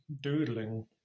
doodling